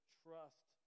trust